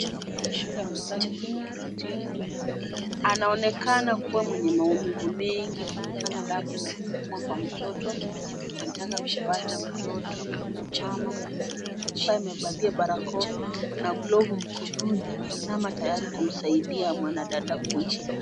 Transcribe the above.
Amekaa kitini, anaonekana kuwa mwenye maumivu mengi kutokana labda kuumwa na mtoto, anataka kupata mtoto. Kuna mama ambaye amevalia barakoa na glavu mkononi ameinama tayari kumsaidia mwanadada huyu.